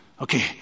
Okay